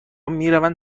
میروند